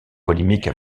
polémiques